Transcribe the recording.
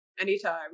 Anytime